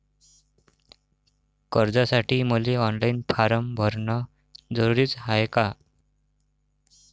कर्जासाठी मले online form भरन जरुरीच हाय का?